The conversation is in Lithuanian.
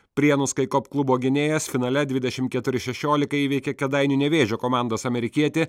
prienus kai kop klubo gynėjas finale dvidešimt keturi šešiolika įveikė kėdainių nevėžio komandos amerikietį